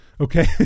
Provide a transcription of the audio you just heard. okay